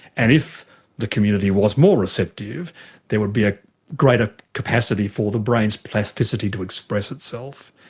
and if the community was more receptive there would be a greater capacity for the brain's plasticity to express itself.